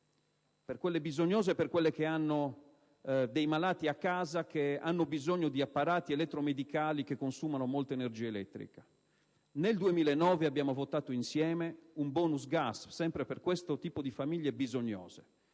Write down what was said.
le famiglie bisognose e per quelle che hanno malati a casa che necessitano di apparati elettromedicali che consumano molta energia elettrica. Nel 2009 abbiamo votato insieme un *bonus* gas sempre per questo tipo di famiglie bisognose.